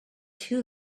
too